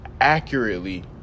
accurately